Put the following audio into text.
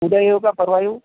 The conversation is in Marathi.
उद्या येऊ का परवा येऊ